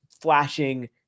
flashing